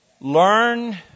Learn